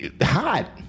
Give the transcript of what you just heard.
Hot